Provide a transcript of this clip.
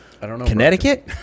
Connecticut